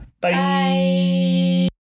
Bye